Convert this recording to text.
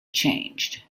changed